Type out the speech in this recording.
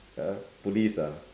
uh police ah